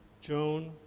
Joan